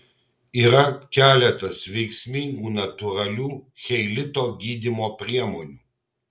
yra keletas veiksmingų natūralių cheilito gydymo priemonių